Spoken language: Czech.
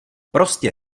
prostě